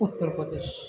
Uttar Pradesh